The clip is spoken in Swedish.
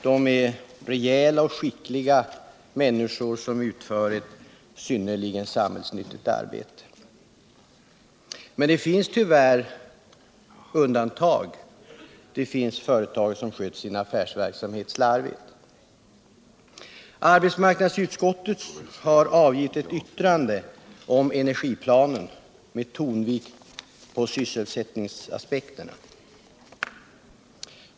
De är rejäla och skickliga människor, som utför ett synnerligen samhällsnyttigt arbete. Men det finns tyvärr undantag. Det gäller företagare som sköter sin affärsverksamhet slarvigt. Arbetsmarknadsutskottet har avgivil ett yttrande om encrgiplanen och med tonvikt på sysselsättningsaspekterna.